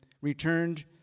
returned